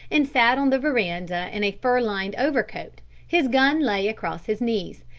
and sat on the veranda in a fur-lined overcoat, his gun lay across his knees.